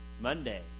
Monday